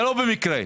לא במקרה.